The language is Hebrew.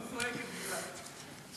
לא בולטת בכלל.